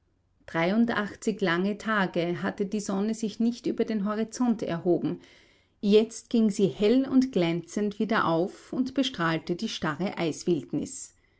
dreiundachtzig lange tage hatte die sonne sich nicht über den horizont erhoben jetzt ging sie hell und glänzend wieder auf und bestrahlte die starre eiswildnis